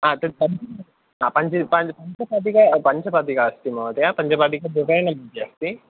हा तत् पञ्च हा पञ्च पञ्चपदिका पञ्चपादिका अस्ति महोदय पञ्चपादिका द्विचयनमिति अस्ति